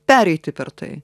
pereiti per tai